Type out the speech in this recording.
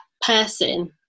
person